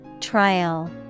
Trial